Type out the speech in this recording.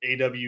aw